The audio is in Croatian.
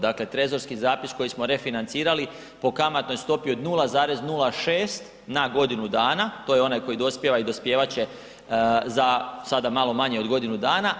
Dakle, trezorski zapis koji smo refinancirali po kamatnoj stopi od 0,06 na godinu dana, to je onaj koji dospijeva i dospijevat će za sada malo manje od godinu dana.